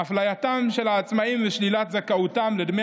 אפלייתם של העצמאים ושלילת זכאותם לדמי